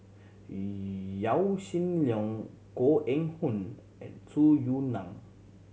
Yaw Shin Leong Koh Eng Hoon and Tung Yue Nang